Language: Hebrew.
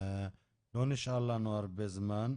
לא נשאר לנו הרבה זמן.